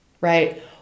right